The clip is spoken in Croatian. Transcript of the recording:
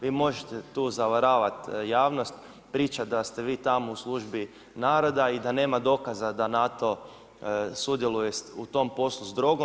Vi možete tu zavaravati javnost, pričati da ste vi tamo u službi naroda i da nema dokaza da NATO sudjeluje u tom poslu s drogom.